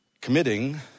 committing